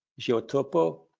Geotopo